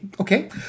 okay